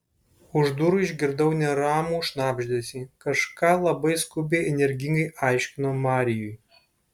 už durų išgirdau neramų šnabždesį kažką labai skubiai energingai aiškino marijui